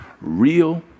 real